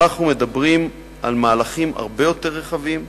אנחנו מדברים על מהלכים הרבה יותר רחבים.